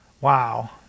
Wow